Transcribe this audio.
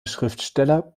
schriftsteller